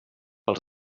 pels